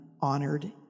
honored